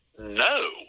No